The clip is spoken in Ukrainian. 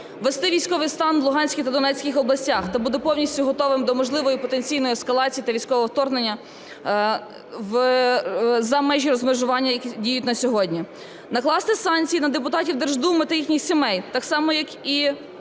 Ввести військовий стан в Луганській та Донецьких областях та бути повністю готовими до можливої потенційної ескалації та військового вторгнення за межі розмежування, які діють на сьогодні. Накласти санкції на депутатів Держдуми та їхніх сімей, так само, як і